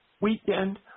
weekend